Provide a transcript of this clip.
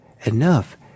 enough